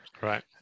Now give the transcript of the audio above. Right